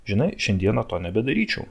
žinai šiandieną to nebedaryčiau